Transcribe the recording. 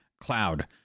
cloud